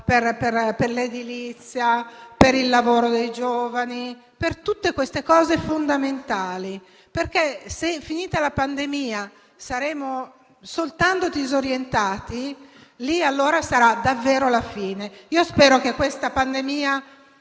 per l'edilizia, per il lavoro dei giovani e per tutte queste categorie fondamentali. Se, finita la pandemia, saremo soltanto disorientati, allora sarà davvero la fine. Spero che la pandemia